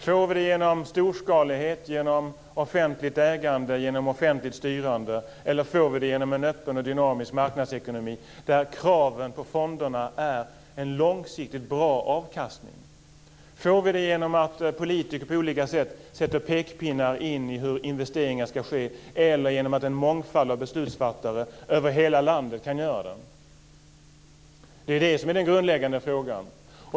Får vi det genom storskalighet, genom offentligt ägande och genom offentligt styrande eller får vi det genom en öppen och dynamisk marknadsekonomi där kraven på fonderna är en långsiktigt bra avkastning? Får vi det genom att politiker på olika sätt kommer med pekpinnar om hur investeringar ska ske eller genom att en mångfald av beslutsfattare över hela landet kan göra det? Det är den grundläggande frågan.